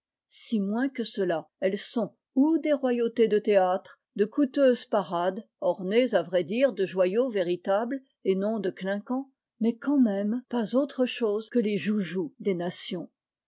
si moins que cela elles sont ou dés royautés de théâtre de coûteuses parades ornées à vrai dire de joyaux véritables et non de clinquants mais quand même pas autre i te e